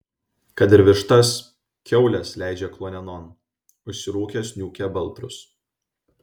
kad ir vištas kiaules leidžia kluonienon užsirūkęs niūkia baltrus